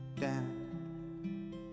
down